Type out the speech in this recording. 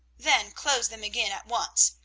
then closed them again at once,